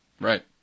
right